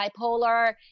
bipolar